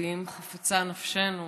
ואם חפצה נפשנו